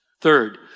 Third